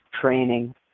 training